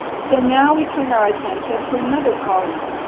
so now we turn our attention to another column,